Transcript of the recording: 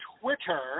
Twitter